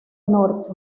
norte